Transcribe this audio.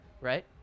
right